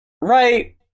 right